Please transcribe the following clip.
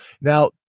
Now